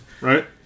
right